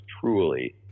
truly